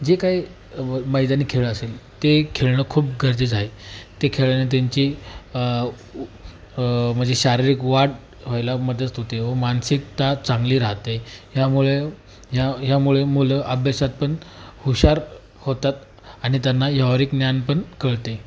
जे काही ब मैदानी खेळ असेल ते खेळणं खूप गरजेचं आहे ते खेळल्यानं त्यांची उ म्हणजे शारीरिक वाढ व्हायला मदत होते व मानसिकता चांगली राहते ह्यामुळे ह्या ह्यामुळे मुलं अभ्यासात पण हुशार होतात आणि त्यांना व्यावहारिक ज्ञान पण कळते